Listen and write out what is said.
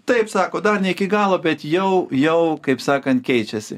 taip sako dar ne iki galo bet jau jau kaip sakant keičiasi